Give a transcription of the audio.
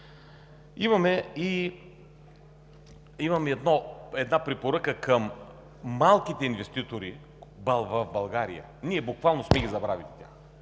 Имам и една препоръка към малките инвеститори в България. Тях буквално сме ги забравили.